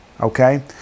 okay